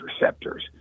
receptors